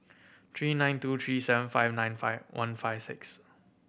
three nine two three seven five nine five one five six